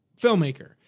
filmmaker